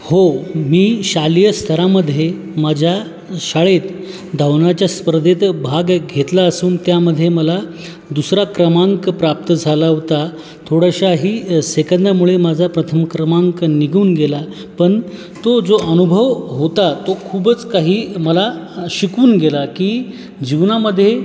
हो मी शालेय स्तरामध्ये माझ्या शाळेत धावण्याच्या स्पर्धेत भाग घेतला असून त्यामध्ये मला दुसरा क्रमांक प्राप्त झाला होता थोड्याशाही सेकंदामुळे माझा प्रथम क्रमांक निघून गेला पण तो जो अनुभव होता तो खूपच काही मला शिकून गेला की जीवनामध्ये